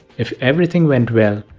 if everything went well,